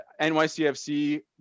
nycfc